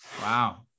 Wow